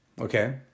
Okay